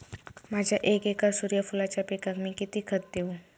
माझ्या एक एकर सूर्यफुलाच्या पिकाक मी किती खत देवू?